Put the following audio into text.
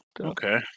Okay